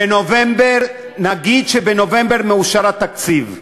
נגיד שבנובמבר מאושר התקציב,